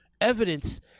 evidence